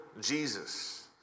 Jesus